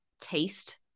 taste